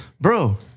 Bro